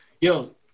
Yo